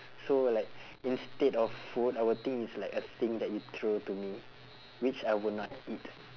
so like instead of food I will think it's like a thing that you throw to me which I would not eat